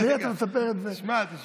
לי אתה מספר את זה, רגע, תשמע, תשמע.